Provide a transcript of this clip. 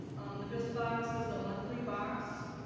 um, the bist box is a monthly box